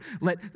let